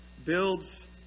Builds